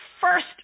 first